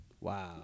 Wow